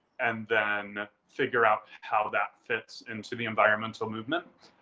and then figure out how that fits into the environmental movement.